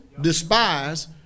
despise